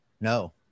no